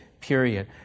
period